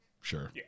Sure